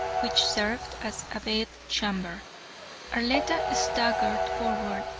which served as a bed-chamber. arletta staggered forward,